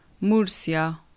Murcia